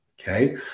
Okay